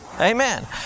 amen